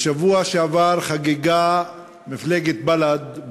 בשבוע שעבר חגגה מפלגת בל"ד,